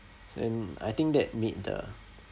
and I think that made the